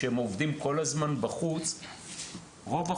שעובדים בחוץ כל הזמן,